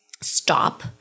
stop